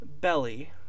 belly